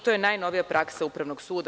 To je najnovija praksa upravnog suda.